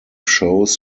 shows